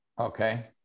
Okay